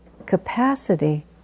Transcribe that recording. capacity